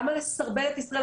למה לסרבל את ישראל?